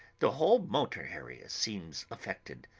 the whole motor area seems affected.